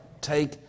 take